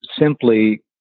simply